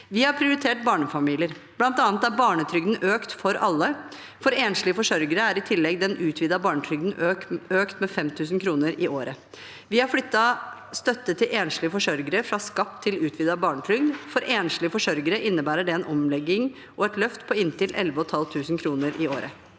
Vi har prioritert barnefamilier. Blant annet er barnetrygden økt for alle. For enslige forsørgere er i tillegg den utvidede barnetrygden økt med 5 000 kr i året. Vi har flyttet støtte til enslige forsørgere fra skatt til utvidet barnetrygd. For enslige forsørgere innebærer det en omlegging og et løft på inntil 11 500 kr i året.